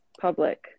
public